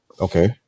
Okay